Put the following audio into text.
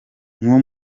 nko